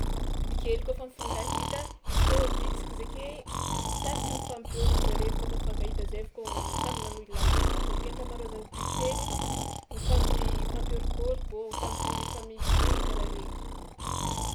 Bibikely kaofa mifankahita izy kôa vitsika izy ake tsary tsy mifampiôroko zare kaofa fankahita zay vo kôa samby manohy làlagnanazy avy ake ankamarozan'ny biby hely mifampi- mifampiôrokôroko ô, mifampi- mifamihipihina karaha regny.